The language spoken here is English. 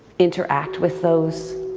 interact with those